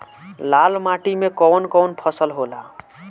लाल माटी मे कवन कवन फसल होला?